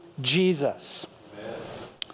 Jesus